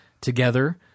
together